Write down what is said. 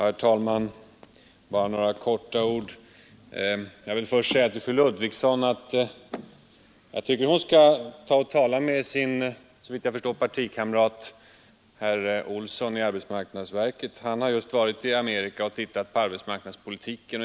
Herr talman! Bara några få ord! Jag vill först säga till fru Ludvigsson att hon bör tala med sin — såvitt jag förstår — partikamrat herr Olsson i arbetsmarknadsverket. Han har just varit i Amerika och studerat arbetsmarknadspolitiken.